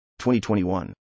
2021